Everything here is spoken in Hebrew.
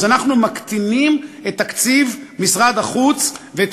אז אנחנו מקטינים את תקציב משרד החוץ ואת